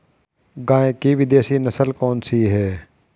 गाय की विदेशी नस्ल कौन सी है?